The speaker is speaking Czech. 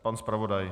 Pan zpravodaj.